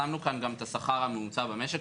גם הצבנו כאן את השכר הממוצע במשק,